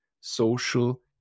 social